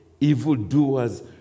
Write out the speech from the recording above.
evildoers